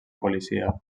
policia